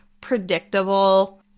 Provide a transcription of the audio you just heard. predictable